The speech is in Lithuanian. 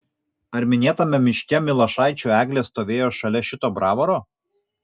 ar minėtame miške milašaičių eglė stovėjo šalia šito bravoro